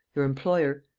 your employer.